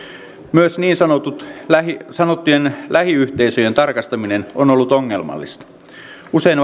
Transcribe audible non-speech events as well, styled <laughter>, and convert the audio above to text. myös niin sanottujen lähiyhteisöjen tarkastaminen on ollut ongelmallista usein <unintelligible>